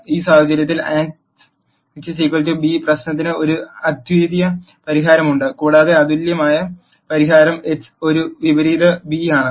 ഈ സാഹചര്യത്തിൽ ax b പ്രശ്നത്തിന് ഒരു അദ്വിതീയ പരിഹാരമുണ്ട് കൂടാതെ അതുല്യമായ പരിഹാരം x ഒരു വിപരീത ബി ആണ്